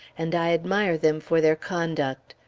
and i admire them for their conduct.